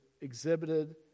exhibited